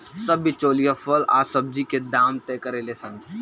सब बिचौलिया फल आ सब्जी के दाम तय करेले सन